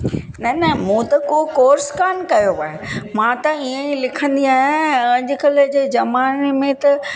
न न मूं त को कोर्स कान कयो आहे मां त इअं ई लिखंदी आहियां ऐं अॼुकल्ह जे ज़माने में त